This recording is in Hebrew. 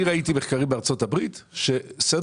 אני ראיתי מחקרים בארצות הברית ומדובר על סדר